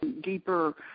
deeper